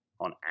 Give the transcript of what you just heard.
on